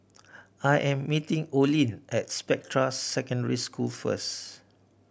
I am meeting Olin at Spectra Secondary School first